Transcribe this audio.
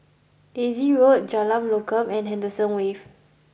Daisy Road Jalan Lokam and Henderson Wave